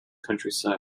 countryside